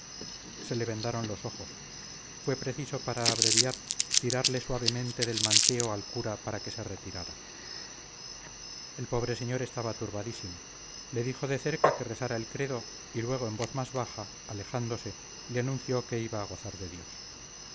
se le vendaron los ojos fue preciso para abreviar tirarle suavemente del manteo al cura para que se retirara el pobre señor estaba turbadísimo le dijo de cerca que rezara el credo y luego en voz más alta alejándose le anunció que iba a gozar de dios